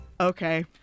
Okay